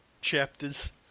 Chapters